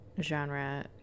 genre